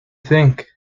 think